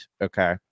Okay